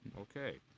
Okay